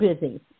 busy